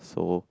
so